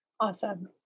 Awesome